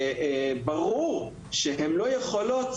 ברור שהן לא יכולות.